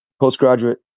postgraduate